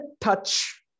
touch